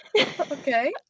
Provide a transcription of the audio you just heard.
Okay